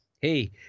hey